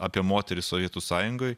apie moteris sovietų sąjungoj